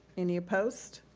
any opposed?